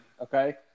okay